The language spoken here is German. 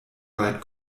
weit